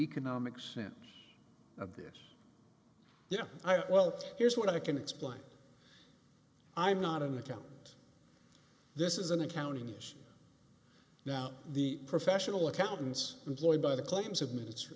economic sense of this yeah well here's what i can explain i'm not an accountant this is an accounting is now the professional accountants employed by the claims of minutes